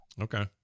Okay